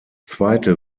zweite